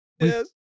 Yes